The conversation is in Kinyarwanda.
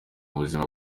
buzima